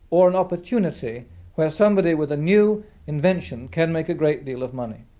or an opportunity where somebody with a new invention can make a great deal of money.